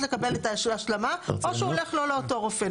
לקבל את ההשלמה או שהוא הולך לא לאותו רופא.